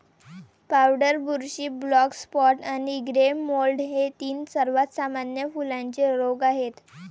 powder बुरशी, black spot आणि grey mould हे तीन सर्वात सामान्य फुलांचे रोग आहेत